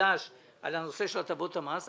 מחדש תכנית על נושא הטבות המס.